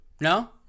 No